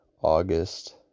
August